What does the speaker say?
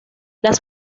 las